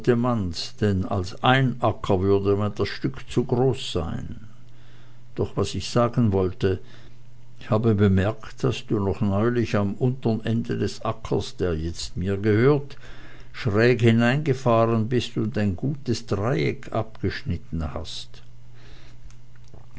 als ein acker würde mir das stück zu groß sein doch was ich sagen wollte ich habe bemerkt daß du neulich noch am untern ende dieses ackers der jetzt mir gehört schräg hineingefahren bist und ein gutes dreieck abgeschnitten hast